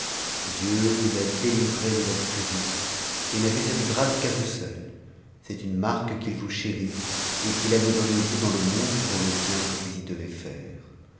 dieu vous a délivré de leur furie et n'a fait cette grâce qu'à vous seul c'est une marque qu'il vous chérit et qu'il a besoin de vous dans le monde pour le bien que vous y devez faire